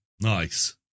Nice